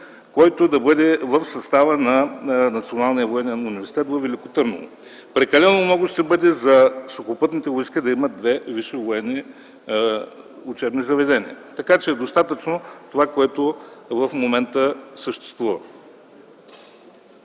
който да бъде в състава на „Националния военен университет” във Велико Търново. Прекалено много ще бъде за сухопътните войски да имат две висши военни учебни заведения. Достатъчно е това, което в момента съществува.